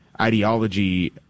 ideology